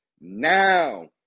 now